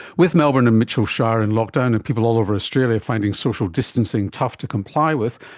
with melbourne and mitchell shire in lockdown and people all over australia finding social distancing tough to comply with,